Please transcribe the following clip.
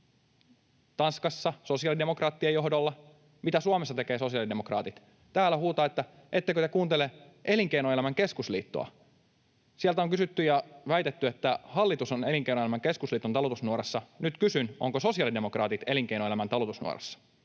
Tanskassa sosiaalidemokraattien johdolla. Mitä Suomessa tekevät sosiaalidemokraatit? Täällä huutavat, että ettekö te kuuntele Elinkeinoelämän keskusliittoa. Sieltä on väitetty, että hallitus on Elinkeinoelämän keskusliiton talutusnuorassa. Nyt kysyn: ovatko sosiaalidemokraatit Elinkeinoelämän keskusliiton talutusnuorassa?